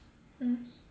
mm mm